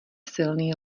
silný